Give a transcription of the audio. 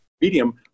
medium